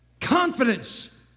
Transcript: confidence